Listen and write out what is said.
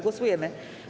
Głosujemy.